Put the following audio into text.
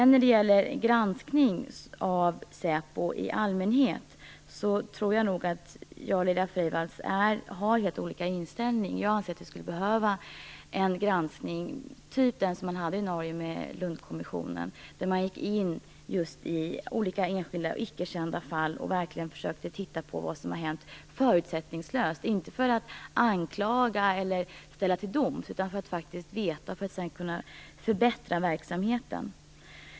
När det gäller granskning av säpo i allmänhet tror jag att Laila Freivalds och jag har helt olika inställning. Jag anser att vi skulle behöva en granskning av den typ som Lundkommissionen gjorde i Norge. Man gick in i enskilda icke-kända fall och försökte titta på vad som har hänt förutsättningslöst - inte för att anklaga eller gå till doms, utan för att faktiskt få veta för att sedan kunna förbättra verksamheten.